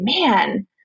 man